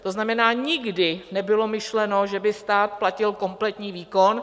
To znamená, nikdy nebylo myšleno, že by stát platil kompletní výkon.